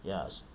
yes